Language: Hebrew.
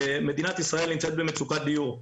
מדינת ישראל נמצאת במצוקת דיור.